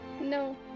No